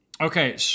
Okay